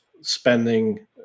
spending